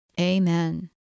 Amen